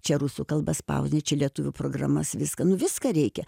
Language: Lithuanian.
čia rusų kalba spausdini čia lietuvių programas viską nu viską reikia